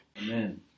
Amen